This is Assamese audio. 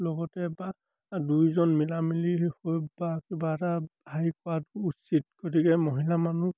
লগতে বা দুইজন মিলামিলি হৈ বা কিবা এটা হায়াৰ কৰাটো উচিত গতিকে মহিলা মানুহ